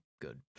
good